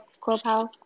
Clubhouse